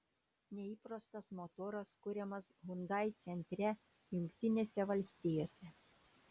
neįprastas motoras kuriamas hyundai centre jungtinėse valstijose